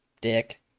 dick